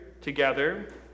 together